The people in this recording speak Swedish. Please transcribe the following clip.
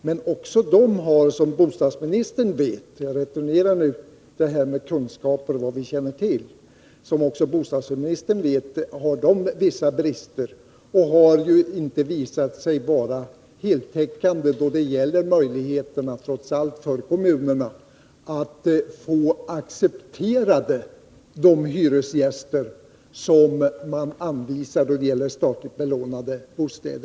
Men som också bostadsministern vet—-jag returnerar nu det här med kunskaper — har dessa vissa brister och har inte visat sig vara heltäckande då det gäller möjligheterna för kommunerna att få de hyresgäster som anvisas statligt belånade bostäder accepterade.